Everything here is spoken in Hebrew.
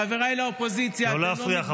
חבריי לאופוזיציה ----- לא להפריע,